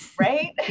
Right